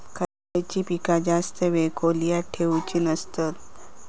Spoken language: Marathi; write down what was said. खयली पीका जास्त वेळ खोल्येत ठेवूचे नसतत?